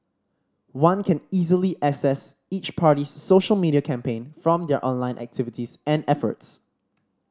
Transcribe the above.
one can easily assess each party's social media campaign from their online activities and efforts